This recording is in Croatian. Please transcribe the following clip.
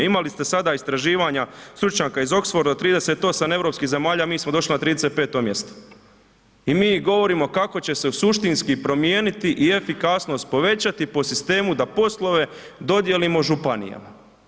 Imali ste sada istraživanja stručnjaka iz Oxforda 38 europskih zemalja, mi smo došli na 35. mjesto i mi govorimo kako će se suštinski promijeniti i efikasnost povećati po sistemu da poslove dodijelimo županijama.